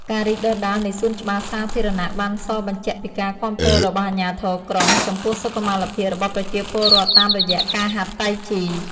ការរីកដុះដាលនៃសួនច្បារសាធារណៈបានសបញ្ជាក់ពីការគាំទ្ររបស់អាជ្ញាធរក្រុង ចំពោះសុខុមាលភាពរបស់ប្រជាពលរដ្ឋតាមរយៈការហាត់តៃជី។